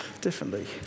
differently